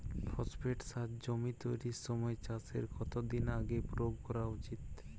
Phosphate সার জমি তৈরির সময় চাষের কত দিন আগে প্রয়োগ করা উচিৎ?